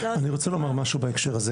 אני רוצה לומר משהו בהקשר הזה.